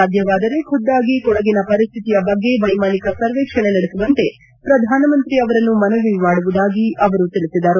ಸಾಧ್ಯವಾದರೆ ಖುದ್ದಾಗಿ ಕೊಡಗಿನ ಪರಿಸ್ಥಿತಿಯ ಬಗ್ಗೆ ವೈಮಾನಿಕ ಸರ್ವೆಕ್ಷಣೆ ನಡೆಸುವಂತೆ ಪ್ರಧಾನಮಂತ್ರಿ ಅವರನ್ನು ಮನವಿ ಮಾಡುವುದಾಗಿ ಅವರು ತಿಳಿಸಿದರು